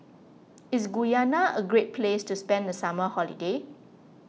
is Guyana a great place to spend the summer holiday